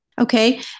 Okay